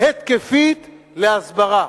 התקפית להסברה.